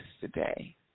today